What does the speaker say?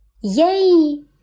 Yay